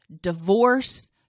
divorce